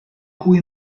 cui